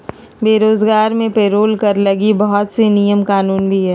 बेरोजगारी मे पेरोल कर लगी बहुत से नियम कानून भी हय